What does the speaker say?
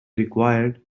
required